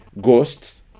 ghosts